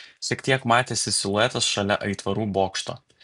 šiek tiek matėsi siluetas šalia aitvarų bokšto